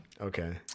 Okay